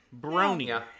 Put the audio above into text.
Brony